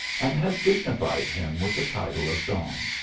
and has dignified him with the title of don.